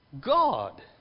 God